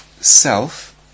self